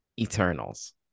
Eternals